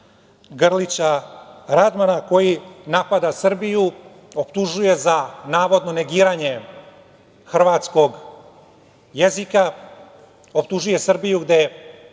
Grlića Radmana koji napada Srbiju, optužuje za navodno negiranje hrvatskog jezika, optužuje Srbije gde,